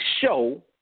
show